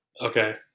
okay